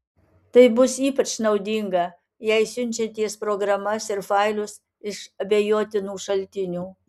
tai bus ypač naudinga jei siunčiatės programas ir failus iš abejotinų šaltinių